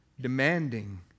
demanding